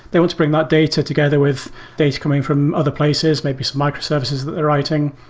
they want to bring that data together with data coming from other places, maybe some microservices they're writing.